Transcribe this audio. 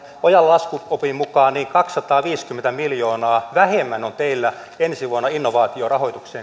ojalan laskuopin mukaan kaksisataaviisikymmentä miljoonaa vähemmän on teillä ensi vuonna innovaatiorahoitukseen